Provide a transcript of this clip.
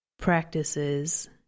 practices